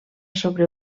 sobre